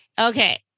Okay